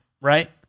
right